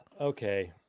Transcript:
okay